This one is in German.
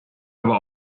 aber